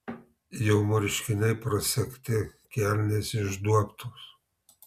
jo marškiniai prasegti kelnės išduobtos